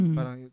Parang